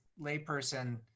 layperson